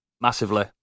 Massively